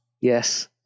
Yes